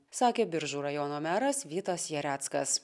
sakė biržų rajono meras vytas jareckas